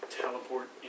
teleport